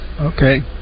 Okay